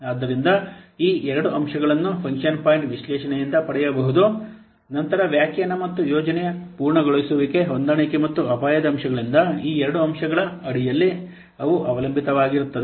ಆದ್ದರಿಂದ ಈ ಎರಡು ಅಂಶಗಳನ್ನು ಫಂಕ್ಷನ್ ಪಾಯಿಂಟ್ ವಿಶ್ಲೇಷಣೆಯಿಂದ ಪಡೆಯಬಹುದು ನಂತರ ವ್ಯಾಖ್ಯಾನ ಮತ್ತು ಯೋಜನೆಯ ಪೂರ್ಣಗೊಳಿಸುವಿಕೆ ಹೊಂದಾಣಿಕೆ ಮತ್ತು ಅಪಾಯದ ಅಂಶಗಳಿಂದ ಈ ಎರಡು ಅಂಶಗಳ ಅಡಿಯಲ್ಲಿ ಅವು ಅವಲಂಬಿತವಾಗಿರುತ್ತದೆ